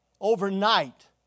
Overnight